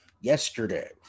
yesterday